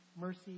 mercy